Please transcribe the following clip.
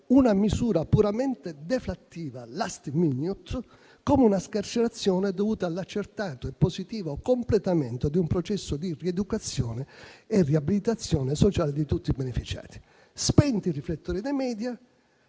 una misura puramente deflattiva, *last minute*, come una scarcerazione dovuta all'accertato e positivo completamento di un processo di rieducazione e riabilitazione sociale di tutti i beneficiati. Spenti i riflettori dei *media*,